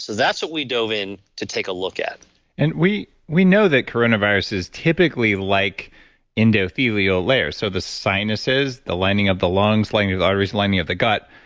so that's what we dove in to take a look at and we we know that coronavirus is typically like endothelial layers, so the sinuses, the lining of the lungs, lining of the arteries, lining of the gut,